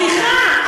סליחה,